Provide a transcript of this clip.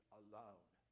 alone